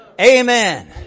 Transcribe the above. Amen